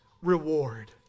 reward